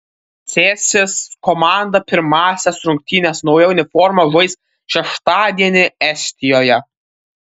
cėsis komanda pirmąsias rungtynes nauja uniforma žais šeštadienį estijoje